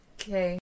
Okay